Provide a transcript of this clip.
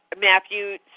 matthew